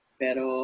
pero